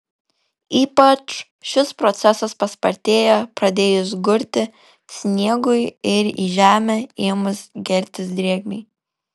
ypač šis procesas paspartėja pradėjus gurti sniegui ir į žemę ėmus gertis drėgmei